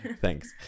thanks